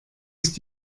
ist